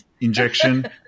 injection